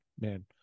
man